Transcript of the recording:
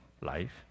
life